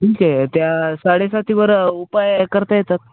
ठीक आहे त्या साडेसातीवर उपाय करता येतात